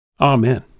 Amen